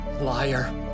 Liar